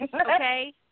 okay